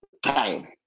Time